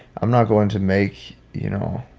i'm not going to make, you know,